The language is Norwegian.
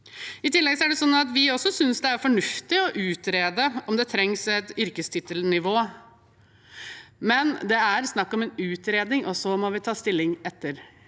I tillegg synes også vi det er fornuftig å utrede om det trengs et yrkestittelnivå, men det er snakk om en utredning, og så må vi ta stilling etterpå.